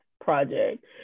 project